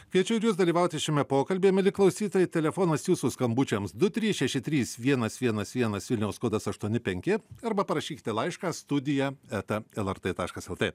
kviečiu ir jus dalyvauti šiame pokalbyje mieli klausytojai telefonas jūsų skambučiams du trys šeši trys vienas vienas vienas vilniaus kodas aštuoni penki arba parašykite laišką studija eta lrt taškas lt